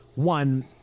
One